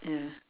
ya